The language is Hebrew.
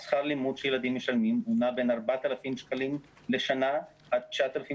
שכר הלימוד שילדים משלמים נע בין 4,000 ₪ לשנה עד 9,000